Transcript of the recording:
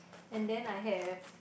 and then I have